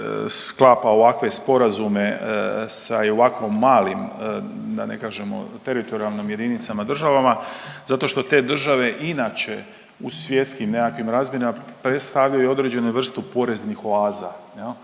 sklapa ovakve sporazume sa i ovako malim da ne kažemo teritorijalnim jedinicama, državama. Zato što te države inače u svjetskim nekakvim razmjerima predstavljaju određenu vrstu poreznih oaza.